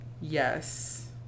Yes